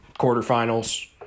quarterfinals